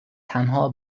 تنها